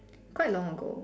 quite long ago